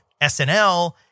SNL